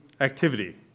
activity